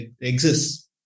exists